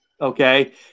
okay